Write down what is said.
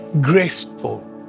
graceful